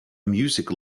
music